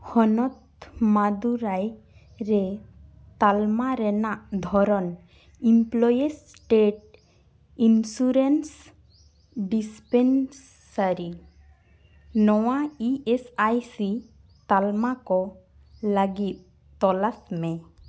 ᱦᱚᱱᱚᱛ ᱢᱟᱫᱩᱨᱟᱭᱨᱮ ᱛᱟᱞᱢᱟ ᱨᱮᱱᱟᱜ ᱫᱷᱚᱨᱚᱱ ᱮᱢᱯᱞᱚᱭᱮᱥ ᱥᱴᱮᱴ ᱤᱱᱥᱩᱨᱮᱱᱥ ᱰᱤᱥᱯᱮᱱᱥᱟᱨᱤ ᱱᱚᱣᱟ ᱤ ᱮᱥ ᱟᱭ ᱥᱤ ᱛᱟᱞᱢᱟ ᱠᱚ ᱞᱟᱹᱜᱤᱫ ᱛᱚᱞᱟᱥ ᱢᱮ